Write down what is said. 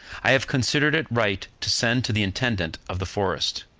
i have considered it right to send to the intendant of the forest,